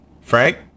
Frank